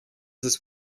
this